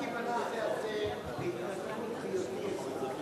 אני הצבעתי בנושא הזה בהיותי שר,